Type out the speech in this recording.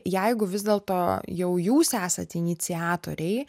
jeigu vis dėlto jau jūs esat iniciatoriai